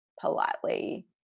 politely